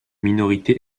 minorité